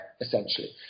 essentially